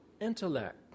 intellect